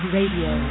Radio